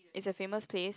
is a famous place